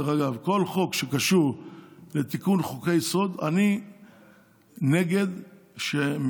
כל חוק שקשור לתיקון חוקי-יסוד אני נגד שהם